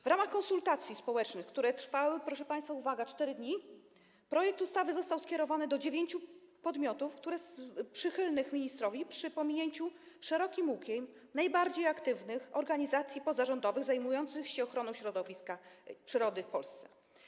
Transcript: W ramach konsultacji społecznych, które trwały - proszę państwa, uwaga - 4 dni, projekt ustawy został skierowany do dziewięciu podmiotów przychylnych ministrowi, ominięto szerokim łukiem najbardziej aktywne organizacje pozarządowe zajmujące się ochroną środowiska, przyrody w Polsce.